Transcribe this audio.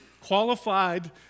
qualified